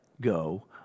go